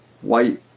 white